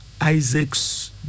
Isaac's